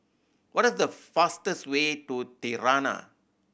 what is the fastest way to Tirana